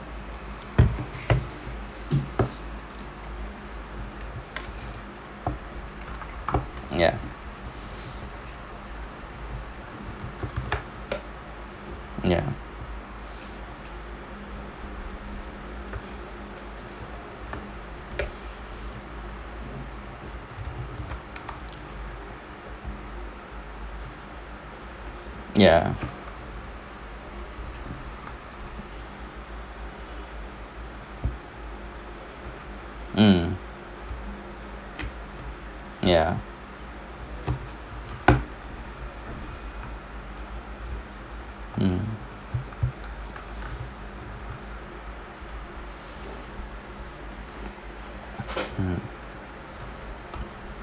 ya ya ya mm ya mm mm